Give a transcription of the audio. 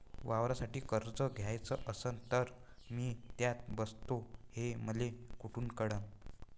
वावरासाठी कर्ज घ्याचं असन तर मी त्यात बसतो हे मले कुठ कळन?